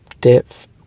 depth